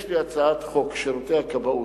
יש לי הצעת חוק שירותי הכבאות,